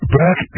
back